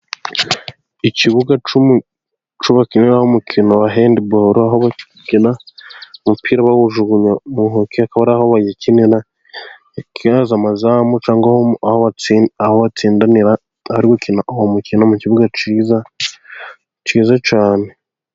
Ikibuga cyo bakiniraho umukino wa hendibolo, aho bakina umupira bawujugunya mu ntoki, akaba ari aho bayikinira bakemeza mu mazamu, cyangwa aho batsindanira bari gukina uwo mukino mu kibuga cyiza, cyiza cyane .